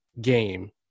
game